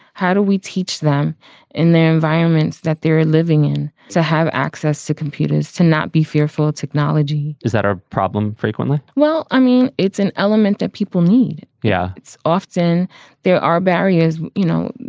how do we teach them in their environments that they're living in to have access to computers, to not be fearful? technology? is that our problem frequently? well, i mean, it's an element that people need. yeah, it's often there are barriers. you know,